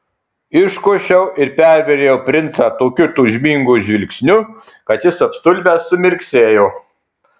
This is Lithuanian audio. iškošiau ir pervėriau princą tokiu tūžmingu žvilgsniu kad jis apstulbęs sumirksėjo